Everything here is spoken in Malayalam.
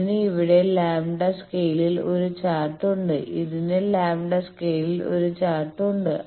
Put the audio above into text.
ഇതിന് ഇവിടെ ലാംഡ സ്കെയിലിൽ ഒരു ചാർട്ട് ഉണ്ട് ഇതിനും ലാംഡ സ്കെയിലിൽ ഒരു ചാർട്ട് ഉണ്ട്